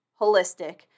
holistic